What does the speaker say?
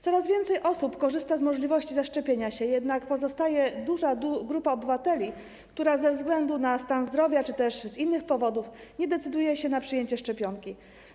Coraz więcej osób korzysta z możliwości zaszczepienia się, jednak pozostaje duża grupa obywateli, która ze względu na stan zdrowia czy też z innych powodów nie decyduje się na przyjęcie szczepionki.